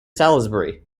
salisbury